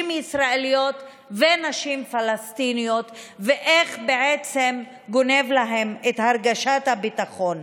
ישראליות ונשים פלסטיניות ואיך בעצם הוא גונב להן את הרגשת הביטחון.